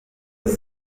kazi